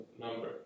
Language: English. number